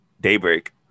Daybreak